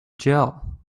gel